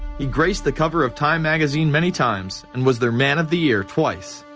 he graced the cover of time magazine many times. and was their man of the year, twice.